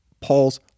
Paul's